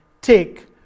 Take